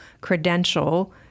credential